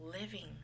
living